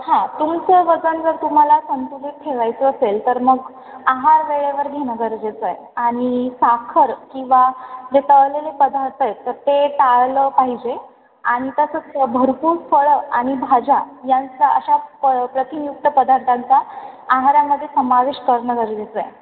हां तुमचं वजन जर तुम्हाला संतुलित ठेवायचं असेल तर मग आहार वेळेवर घेणं गरजेचं आहे आणि साखर किंवा जे तळलेले पदार्थ आहेत तर ते टाळलं पाहिजे आणि तसंच भरपूर फळं आणि भाज्या यांचा अशा प प्रथिनयुक्त पदार्थांचा आहारामध्ये समावेश करणं गरजेचं आहे